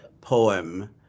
poem